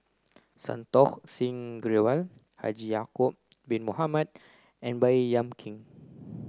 Santokh Singh Grewal Haji Ya'acob bin Mohamed and Baey Yam Keng